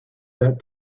that